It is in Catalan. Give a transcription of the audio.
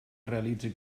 realitzi